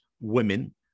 women